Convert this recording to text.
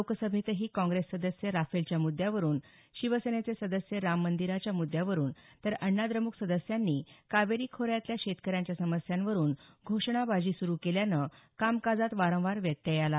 लोकसभेतही काँग्रेस सदस्य राफेलच्या मृद्यावरून शिवसेनेचे सदस्य राम मंदिराच्या मृद्यावरून तर अण्णाद्रमुक सदस्यांनी कावेरी खोऱ्यातल्या शेतकऱ्यांच्या समस्यांवरून घोषणाबाजी सुरू केल्यानं कामकाजात वारंवार व्यत्यय आला